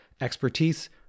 expertise